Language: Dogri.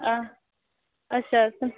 हां अच्छा